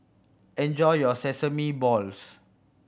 enjoy your sesame balls